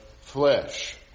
flesh